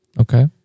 Okay